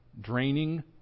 draining